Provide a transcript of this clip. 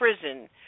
prison